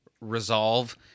resolve